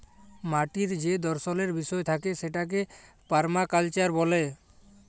মাটির যে দর্শলের বিষয় থাকে সেটাকে পারমাকালচার ব্যলে